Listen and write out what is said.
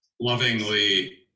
lovingly